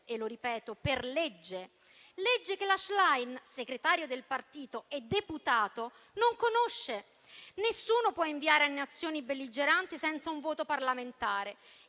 - ripeto per legge - legge che la Schlein, segretario del Partito Democratico, non conosce. Nessuno può effettuare invii a nazioni belligeranti senza un voto parlamentare.